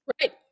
right